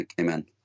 Amen